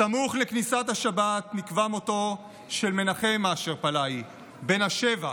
סמוך לכניסת השבת נקבע מותו של מנחם אשר פאלי בן השבע,